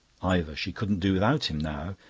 ivor. she couldn't do without him now.